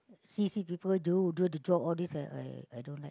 see see people do do the job all this I I don't